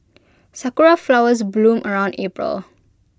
Sakura Flowers bloom around April